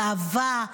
גאווה,